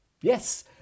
Yes